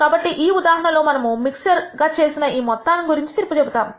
కాబట్టి ఈ ఉదాహరణ లో మనము మిక్చర్ గా చేసి ఈ మొత్తానికి గురించి తీర్పు చెబుతాము